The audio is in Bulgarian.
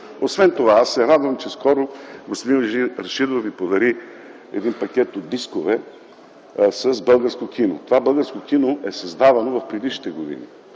Освен това аз се радвам, че скоро господин Рашидов Ви подари един пакет от дискове с българско кино. Това българско кино е създавано в предишните години.